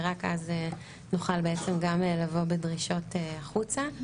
ורק אז נוכל בעצם גם לבוא בדרישות החוצה,